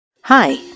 Hi